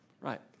right